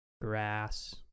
grass